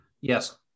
yes